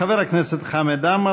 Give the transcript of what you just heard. חבר הכנסת חמד עמאר,